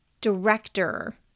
director